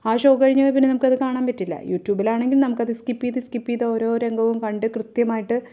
ആ ഷോ കഴിഞ്ഞാൽ പിന്നെ നമുക്കത് കാണാന് പറ്റില്ല യൂടുബിലാണെങ്കില് നമുക്കത് സ്കിപ്പ് ചെയ്ത് സ്കിപ്പ് ചെയ്ത് ഓരോ രംഗവും കണ്ട് കൃത്യമായിട്ട്